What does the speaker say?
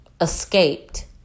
escaped